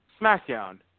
SmackDown